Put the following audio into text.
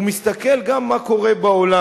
הוא מסתכל גם מה קורה בעולם.